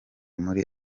muri